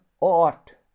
ought